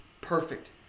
perfect